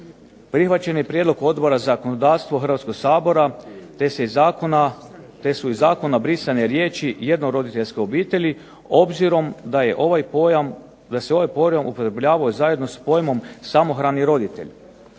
Prihvaćen je prijedlog Odbora za zakonodavstvo Hrvatskog sabora, te su iz zakona brisane riječi jednoroditeljske obitelji, obzirom da je ovaj pojam, da se ovaj pojam upotrebljavao zajedno s pojmom samohrani roditelj.